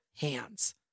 hands